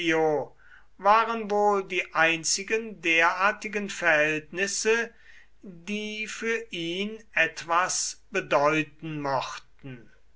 waren wohl die einzigen derartigen verhältnisse die für ihn etwas bedeuten mochten